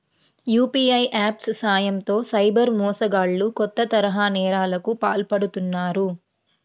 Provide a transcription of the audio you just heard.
UPI apps సాయంతో cyber మోసగాళ్లు కొత్త తరహా నేరాలకు పాల్పడుతున్నారు